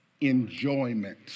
Enjoyment